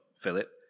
Philip